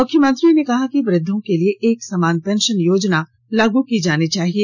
मुख्यमंत्री ने कहा कि वुद्धों के लिए एक समान पेंशन योजना लाग की जानी चाहिए